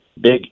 big